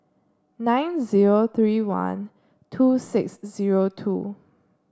nine zero three one two six zero two